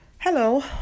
Hello